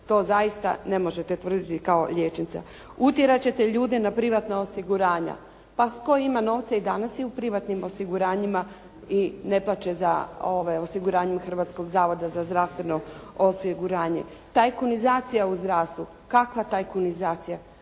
To zaista ne možete tvrditi kao liječnica. Utjerat ćete ljude na privatna osiguranja. Pa tko ima novca i danas je u privatnim osiguranjima i ne plaće za osiguranjem Hrvatskog zavoda za zdravstveno osiguranje. Tajkunizacija u zdravstvu. Kakva tajkunizacija